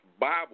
Bible